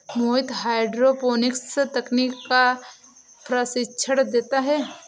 मोहित hydroponics तकनीक का प्रशिक्षण देता है